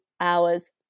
hours